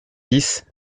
dix